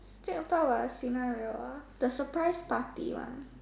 then we talk about a scenario ah the surprise party one